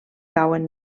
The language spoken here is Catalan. cauen